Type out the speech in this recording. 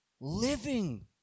living